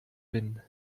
bin